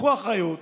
תיקחו אחריות,